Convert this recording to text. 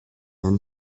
ant